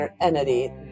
entity